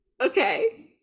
okay